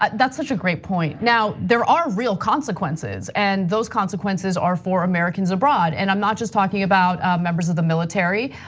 ah that's such a great point. now, there are real consequences, and those consequences are for americans abroad. and i'm not just talking about members of the military.